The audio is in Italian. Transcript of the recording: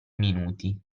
minuti